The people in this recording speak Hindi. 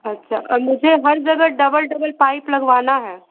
अच्छा और मुझे हर जगह डबल डबल पाइप लगवाना है